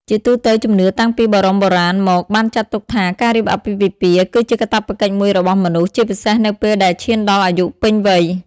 ជាទូទៅជំនឿតាំងពីបរមបុរាណមកបានចាត់ទុកថា ការរៀបអាពាហ៍ពិពាហ៍គឺជាកាតព្វកិច្ចមួយរបស់មនុស្ស ជាពិសេសនៅពេលដែលឈានដល់អាយុពេញវ័យ ។